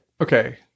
Okay